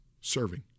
Serving